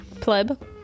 Pleb